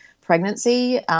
pregnancy